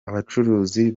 abacuruzi